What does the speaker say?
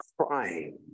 crying